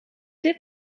dit